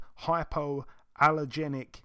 hypoallergenic